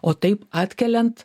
o taip atkeliant